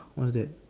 what's that